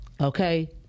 Okay